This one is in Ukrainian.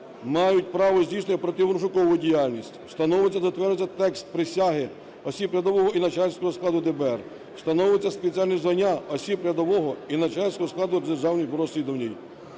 мають право здійснювати оперативно-розшукову діяльність, встановлюється та затверджується текст присяги осіб рядового і начальницького складу ДБР, встановлюються спеціальні звання осіб рядового і начальницького складу Державного бюро розслідувань.